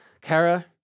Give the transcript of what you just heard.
Kara